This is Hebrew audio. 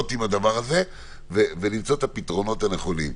עם הדבר הזה ולמצוא את הפתרונות הנכונים.